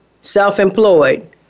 self-employed